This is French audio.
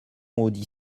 audit